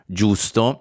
giusto